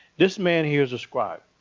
this man here is a scribe.